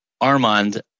Armand